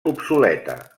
obsoleta